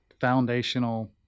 foundational